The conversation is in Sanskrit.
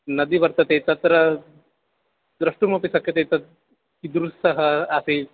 नदी वर्तते तत्र द्रष्टुमपि शक्यते तत् कीदृशी आसीत्